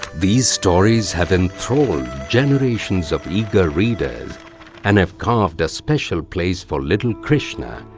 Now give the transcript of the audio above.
these stories have enthralled generations of eager readers and have carved a special place for little krishna,